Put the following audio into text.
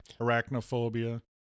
Arachnophobia